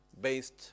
based